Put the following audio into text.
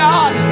God